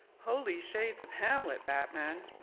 holy shades of hamlet batman